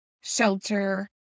shelter